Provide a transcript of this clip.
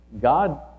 God